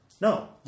No